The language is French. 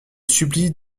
supplie